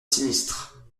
sinistre